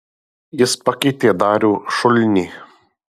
jis pakeitė darių šulnį